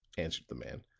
answered the man,